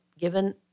given